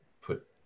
put